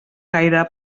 gaire